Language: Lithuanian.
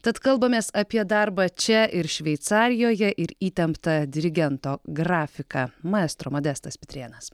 tad kalbamės apie darbą čia ir šveicarijoje ir įtemptą dirigento grafiką maestro modestas pitrėnas